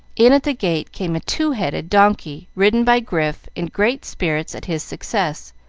in at the gate came a two-headed donkey, ridden by grif, in great spirits at his success,